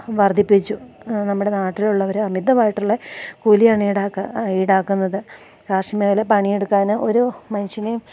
വർദ്ധിപ്പിച്ചു നമ്മുടെ നാട്ടിലുള്ളവർ അമിതമായിട്ടുള്ളത് കൂലിയാണ് ഈടാക്കാൻ ഈടാക്കുന്നത് കാർഷിക മേഖലയിൽ പണിയെടുക്കാൻ ഒരു മനുഷ്യനെയും